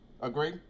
Agree